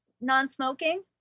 non-smoking